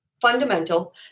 fundamental